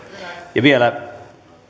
tehnyt vielä